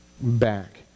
back